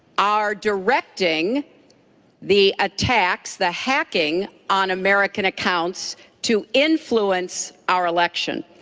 are directing the attacks, the hacking on american accounts to influence our election.